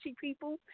people